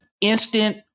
Instant